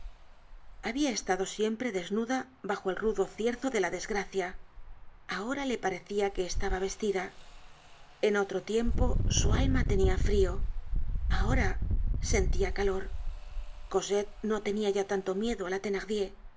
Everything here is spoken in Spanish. habia estado siempre desnuda bajo el rudo cierzo de la desgracia ahora le parecia que estaba vestida en otro tiempo su alma tenia frío ahora sentia calor cosette no tenia ya tanto miedo á la